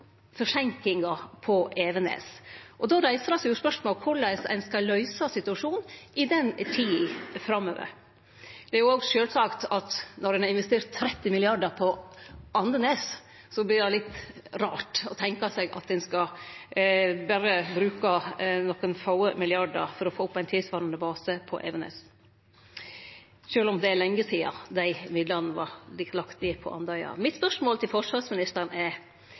på Evenes. Då reiser spørsmålet seg om korleis ein skal løyse situasjonen i tida framover. Det er òg sjølvsagt at når ein har investert 30 mrd. kr på Andenes, vert det litt rart å tenkje seg at ein skal bruke berre nokre få milliardar for å få opp ein tilsvarande base på Evenes, sjølv om det er lenge sidan dei midlane vart lagde inn for Andøya. Spørsmålet mitt til forsvarsministeren er: